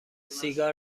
سیگار